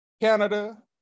Canada